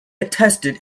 attested